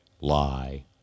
lie